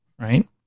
right